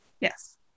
Yes